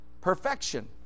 Perfection